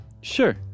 Sure